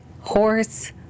horse